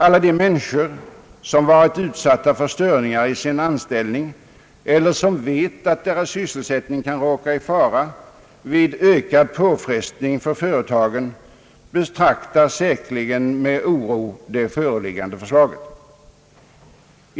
Alla de människor som varit utsatta för störningar i sin anställning eller som vet att deras sysselsättning kan råka i fara vid ökad påfrestning för företagen betraktar säkerligen med oro det föreliggande förslaget.